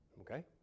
Okay